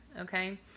okay